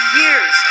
years